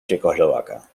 checoslovaca